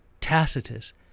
Tacitus